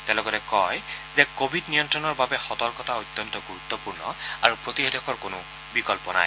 তেওঁ লগতে কয় যে কোৱিড নিয়ন্তণৰ বাবে সতৰ্কতা অত্যন্ত ণুৰুত্পৰ্ণ আৰু প্ৰতিষেধকৰ কোনো বিকল্প নাই